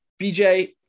BJ